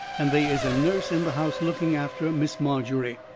and they is a nurse in the house looking after miss margery,